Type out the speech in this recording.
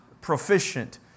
proficient